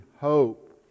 hope